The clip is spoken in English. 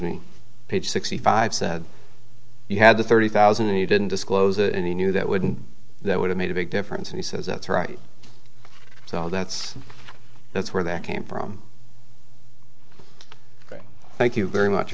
me page sixty five said you had thirty thousand and you didn't disclose and you knew that wouldn't that would have made a big difference and he says that's right so that's that's where that came from ok thank you very much